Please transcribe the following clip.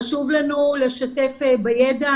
חשוב לנו לשתף בידע.